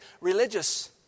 religious